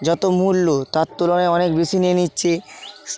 যতো মূল্য তার তুলনায় অনেক বেশি নিয়ে নিচ্ছে